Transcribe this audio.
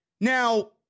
Now